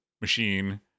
machine